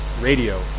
radio